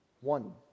One